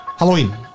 Halloween